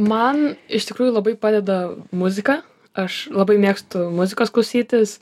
man iš tikrųjų labai padeda muzika aš labai mėgstu muzikos klausytis